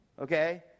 Okay